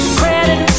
credit